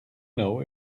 know